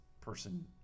person